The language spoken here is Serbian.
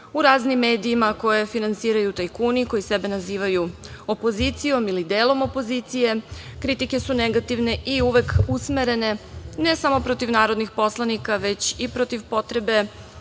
u raznim medijima koje finansiraju tajkuni, koji sebe nazivaju opozicijom ili delom opozicije, kritike su negativne i uvek usmerene ne samo protiv narodnih poslanika već i protiv potrebe